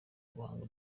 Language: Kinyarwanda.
guhanga